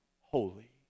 holy